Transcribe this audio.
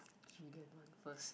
jillian one first